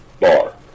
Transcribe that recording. Bar